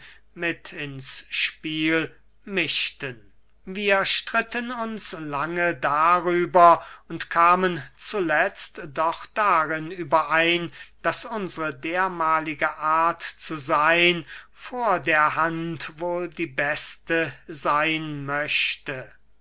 mit ins spiel mischten wir stritten uns lange darüber und kamen zuletzt doch darin überein daß unsre dermahlige art zu seyn vor der hand wohl die beste seyn möchte